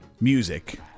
music